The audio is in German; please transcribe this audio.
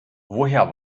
woher